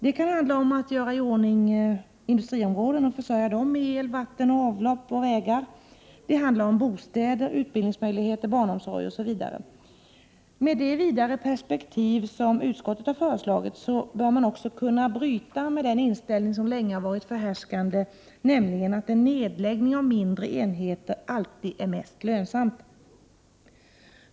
Det kan handla om att göra i ordning industriområden och försörja dem med el, vatten, avlopp och vägar. Det handlar om bostäder, utbildningsmöjligheter, barnomsorg osv. Med det vidare perspektiv som utskottet har föreslagit, bör man också kunna bryta med den inställning som länge har varit förhärskande, nämligen att en nedläggning av mindre enheter alltid är mest lönsamt.